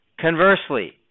conversely